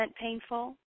painful